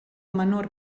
menor